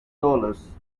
dollars